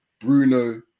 Bruno